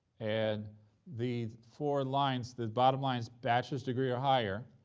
and the four lines, the bottom line's bachelor's degree or higher,